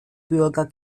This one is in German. bürger